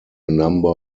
number